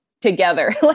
together